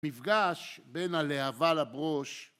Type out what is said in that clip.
מפגש בין הלהבה לברוש